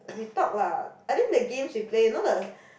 we talk lah I think the games we play you know the